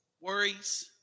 worries